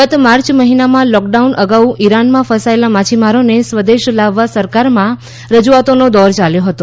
ગત માર્ચ મહિનામાં લોકડાઉન અગાઉ ઈરાનમાં ફસાયેલા માછીમારોએ સ્વદેશ લાવવા સરકારમાં રજૂઆતોનો દોર યલાવ્યો હતો